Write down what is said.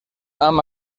amb